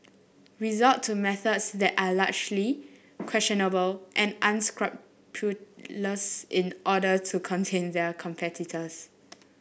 resort to methods that are largely questionable and unscrupulous in order to contain their competitors